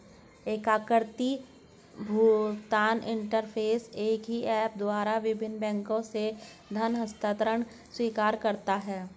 एकीकृत भुगतान इंटरफ़ेस एक ही ऐप द्वारा विभिन्न बैंकों से धन हस्तांतरण स्वीकार करता है